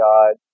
God